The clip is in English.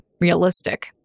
realistic